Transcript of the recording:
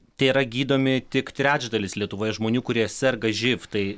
tėra gydomi tik trečdalis lietuvoje žmonių kurie serga živ tai